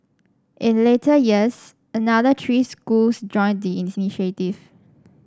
in later years another three schools joined the initiative